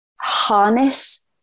harness